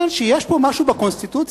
יש משהו בקונסטיטוציה,